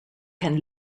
can